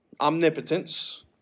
omnipotence